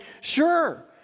Sure